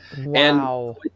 Wow